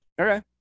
Okay